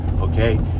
Okay